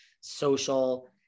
social